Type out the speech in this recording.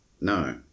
No